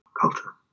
culture